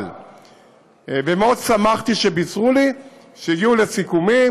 ומאוד שמחתי כשבישרו לי שהגיעו לסיכומים,